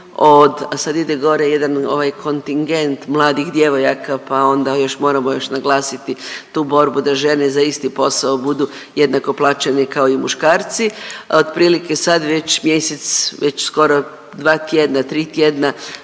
a sad ide gore jedan ovaj kontingent mladih djevojaka, pa onda još moramo još naglasiti tu borbu da žene za isti posao budu jednako plaćene kao i muškarci. Otprilike sad već mjesec, već skoro dva tjedna, tri tjedna